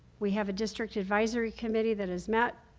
we have a district advisory committee that has met,